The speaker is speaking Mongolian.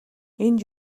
энд